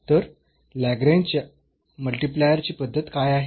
तर लाग्रेंजच्या मल्टिप्लायर ची पद्धती काय आहे